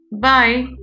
Bye